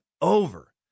over